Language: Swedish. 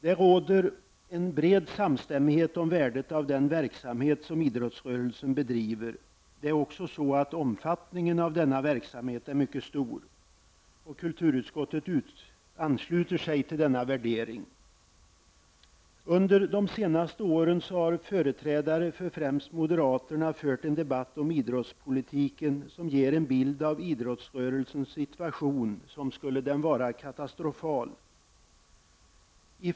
Det råder en bred samstämmighet om värdet av den verksamhet som idrottsrörelsen bedriver. Omfattningen av denna verksamhet är också mycket stor. Kulturutskottet ansluter sig till denna värdering. Under de senaste åren har företrädare främst för moderaterna fört en debatt om idrottspolitiken som ger en bild av idrottsrörelsens situation som om den vore katastrofal.